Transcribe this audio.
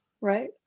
Right